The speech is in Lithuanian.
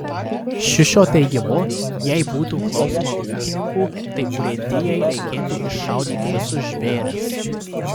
šiušio teigimu jei būtų klausoma ūkininkų tai urėdijai reikėtų iššaudyti visus žvėris